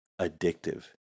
addictive